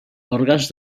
òrgans